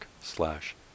slash